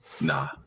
Nah